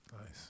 Nice